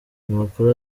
amakuru